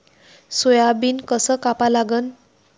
Soybean कस कापा लागन?